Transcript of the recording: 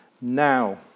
now